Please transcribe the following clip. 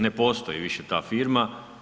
Ne postoji više ta firma.